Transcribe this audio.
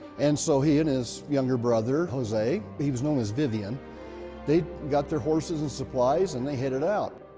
and so he and his younger brother, jose he was known as vivian they got their horses and supplies and they headed out.